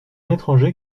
étranger